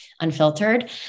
unfiltered